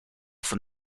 from